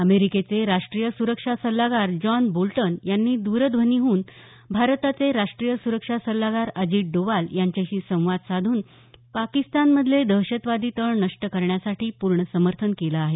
अमेरिकेचे राष्ट्रीय सुरक्षा सल्लागार जॉन बोल्टन यांनी द्रध्वनीवरून भारताचे राष्ट्रीय सुरक्षा सल्लागार अजित डोवाल यांच्याशी संवाद साधून पाकिस्तानमधले दहशतवादी तळ नष्ट करण्यासाठी पूर्ण समर्थन केलं आहे